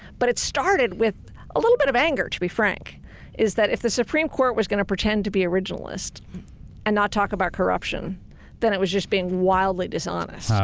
but it started with a little bit of anger to be frank is that if the supreme court was going to pretend to be originalist and not talk about corruption then it was just being wildly dishonest.